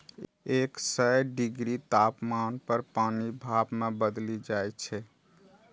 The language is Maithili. एक सय डिग्री तापमान पर पानि भाप मे बदलि जाइ छै